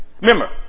Remember